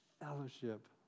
fellowship